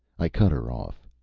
i cut her off.